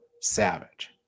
Savage